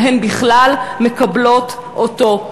אם הן בכלל מקבלות אותו.